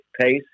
pace